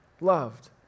loved